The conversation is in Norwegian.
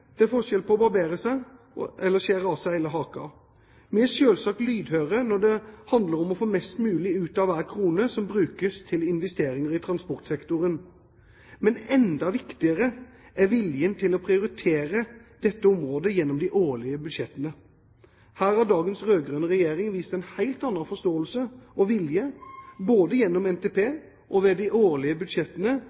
Det er forskjell på å barbere seg og å skjære av seg hele haken. Vi er selvsagt lydhøre når det handler om å få mest mulig ut av hver krone som brukes til investeringer i transportsektoren. Men enda viktigere er viljen til å prioritere dette området gjennom de årlige budsjettene. Her har dagens rød-grønne regjering vist en helt annen forståelse og vilje både gjennom Nasjonal transportplan og ved de årlige budsjettene